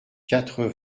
quatre